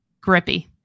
Grippy